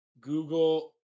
Google